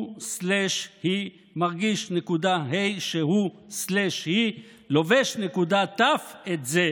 הוא/היא מרגיש.ה שהוא/היא לובש.ת את זה,